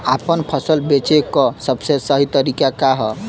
आपन फसल बेचे क सबसे सही तरीका का ह?